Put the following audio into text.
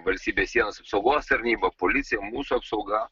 valstybės sienos apsaugos tarnyba policija mūsų apsauga